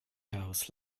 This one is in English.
else